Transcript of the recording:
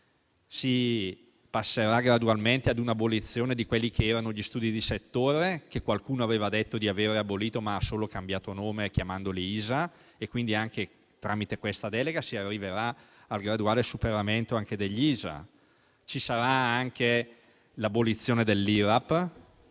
Si passerà gradualmente a un'abolizione di quelli che erano gli studi di settore, che qualcuno aveva detto di aver abolito, ma di cui aveva solo cambiato nome chiamandoli ISA (Indici sintetici di affidabilità). Tramite questa delega si arriverà al graduale superamento anche degli ISA. Ci sarà anche l'abolizione dell'IRAP,